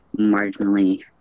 marginally